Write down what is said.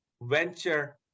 venture